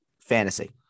fantasy